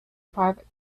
private